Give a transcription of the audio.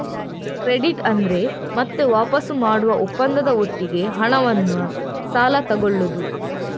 credit ಅಂದ್ರೆ ಮತ್ತೆ ವಾಪಸು ಮಾಡುವ ಒಪ್ಪಂದದ ಒಟ್ಟಿಗೆ ಹಣವನ್ನ ಸಾಲ ತಗೊಳ್ಳುದು